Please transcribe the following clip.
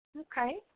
Okay